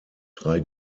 drei